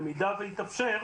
במידה ויתאפשר,